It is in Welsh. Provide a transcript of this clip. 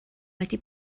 wedi